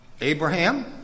Abraham